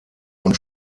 und